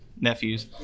nephews